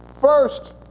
First